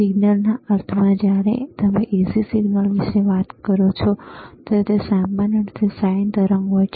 સિગ્નલના અર્થમાં જ્યારે તમે AC સિગ્નલ વિશે વાત કરો છો ત્યારે તે સામાન્ય રીતે sin તરંગ હોય છે